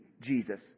Jesus